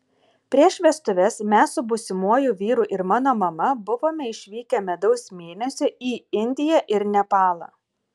prieš vestuves mes su būsimuoju vyru ir mano mama buvome išvykę medaus mėnesio į indiją ir nepalą